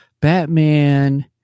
Batman